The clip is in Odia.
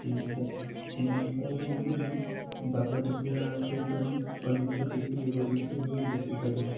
ଚିଲିକା ଶିମିଳିପାଳରେ ଆମେ ବାଘ ଦେଖିବା ସହିତ ଅନେକ କିଛି ଜୀବ ଜନ୍ତୁ ଦେଖିପାରୁ